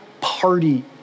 party